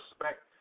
respect